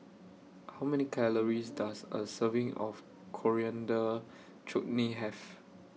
How Many Calories Does A Serving of Coriander Chutney Have